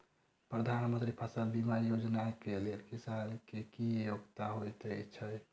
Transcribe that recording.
प्रधानमंत्री फसल बीमा योजना केँ लेल किसान केँ की योग्यता होइत छै?